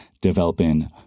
developing